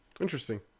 Interesting